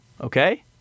okay